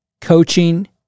coaching